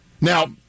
Now